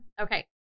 Okay